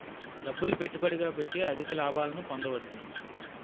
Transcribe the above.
డబ్బులు పెట్టుబడిగా పెట్టి అధిక లాభాలు పొందవచ్చును